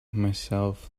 myself